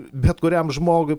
bet kuriam žmogui